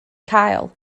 cael